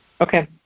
Okay